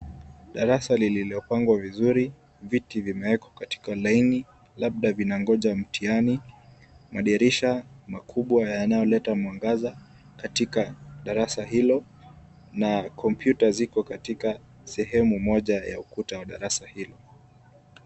Darasa lililopangwa vizuri, viti vimewekwa katika laini labda vinangonja mtihani . Madirisha makubwa yanayoleta mwangaza katika darasa hilo na kompyuta ziko katika sehemu moja ya ukuta wa darasa hilo.